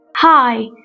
Hi